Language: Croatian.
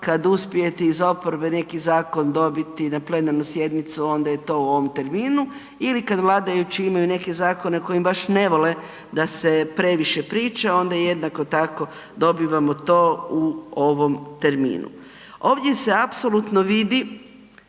kada uspijete iz oporbe neki zakon dobiti na plenarnu sjednicu onda je to u ovom terminu ili kada vladajući imaju neke zakone o kojim baš ne vole da se previše priča onda jednako tako dobivamo to u ovom terminu. Ovdje se apsolutno vidi